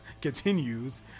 continues